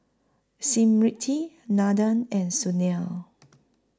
Smriti Nathan and Sunil